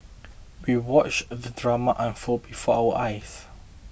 we watched the drama unfold before our eyes